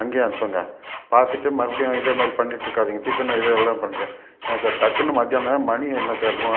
அங்கேயே அனுப்புங்க பார்த்துட்டு மறுபடியும் இதேமாதிரி பண்ணிட்டிருக்காதிங்க திருப்பி நான் இதேதான் பண்ணுறேன் ஏன் சார் டக்குன்னு மத்தியானம் நேரம் மணி என்ன சார் மூணு